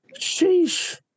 Sheesh